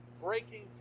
breaking